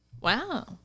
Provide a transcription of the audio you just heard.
Wow